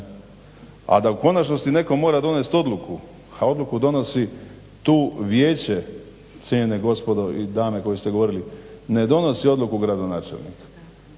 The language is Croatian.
A da u konačnosti netko mora donest odluku, odluku donosi tu vijeće, cijenjene gospodo i dame koji ste govorili. Ne donosi odluku gradonačelnik.